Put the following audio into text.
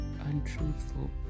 untruthful